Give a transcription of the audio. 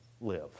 live